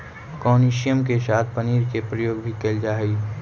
capsicum के साथ पनीर के प्रयोग भी कैल जा हइ